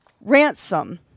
Ransom